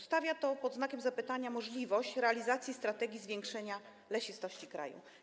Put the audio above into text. Stawia to pod znakiem zapytania możliwość realizacji strategii zwiększania lesistości kraju.